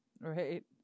Right